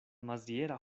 maziera